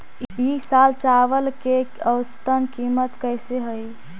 ई साल चावल के औसतन कीमत कैसे हई?